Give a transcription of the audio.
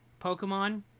Pokemon